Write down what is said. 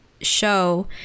show